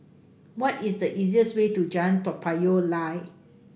what is the easiest way to Jalan Payoh Lai